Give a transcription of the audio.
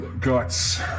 guts